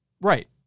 Right